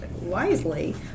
wisely